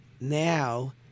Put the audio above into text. Now